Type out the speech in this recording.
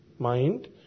mind